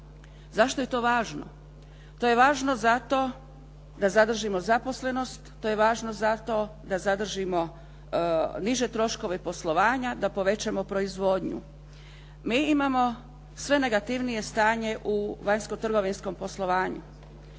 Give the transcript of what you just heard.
Zašto je to važno? To je važno zato da zadržimo zaposlenost, to je važno zato da zadržimo niže troškove poslovanja, da povećamo proizvodnju. Mi imamo sve negativnije stanje u vanjsko-trgovinskom poslovanju.